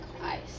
ice